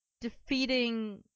defeating